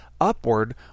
upward